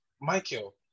Michael